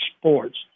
sports